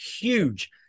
huge